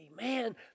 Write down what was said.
man